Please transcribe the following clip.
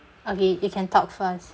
okay you can talk first